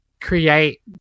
create